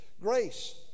grace